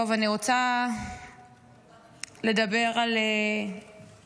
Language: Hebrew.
טוב, אני רוצה לדבר על השאילתות,